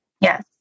Yes